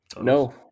No